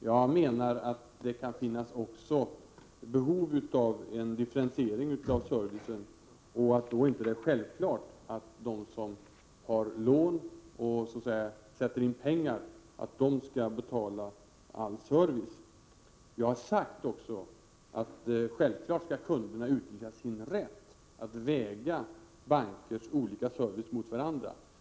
Jag menar att det kan finnas behov av en differentiering av servicen och att det då inte är självklart att de som har lån och så att säga sätter in pengar skall betala all service. Jag har också sagt att kunderna självfallet skall utnyttja sin rätt att väga bankers olika service mot varandra.